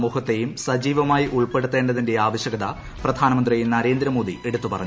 സമൂഹത്തെയും സജീവമായി ഉൾപ്പെടുത്തേണ്ടതിന്റെ ആവശൃകത പ്രധാനമന്ത്രി നരേന്ദ്രമോദി എടുത്തു പറഞ്ഞു